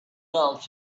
wells